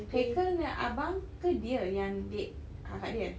haikel punya abang ke dia yang date kakak dia